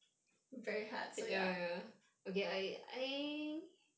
very hard so ya